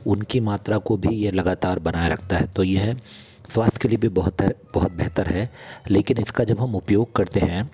उनकी मात्रा को भी यह लगातार बनाए रखता है तो यह स्वास्थ्य के लिए भी बेहतर बहुत बेहतर है लेकिन इसका जब हम उपयोग करते हैं